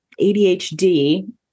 ADHD